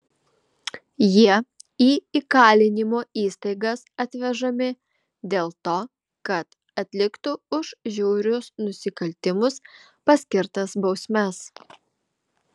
jie į įkalinimo įstaigas atvežami dėl to kad atliktų už žiaurius nusikaltimus paskirtas bausmes